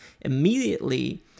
immediately